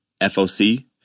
FOC